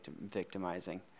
victimizing